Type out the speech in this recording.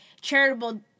charitable